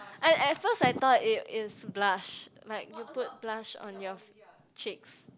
I at first I thought it is blush like you put blush on your cheeks